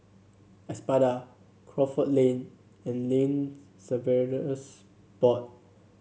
Espada Crawford Lane and Land Surveyors Board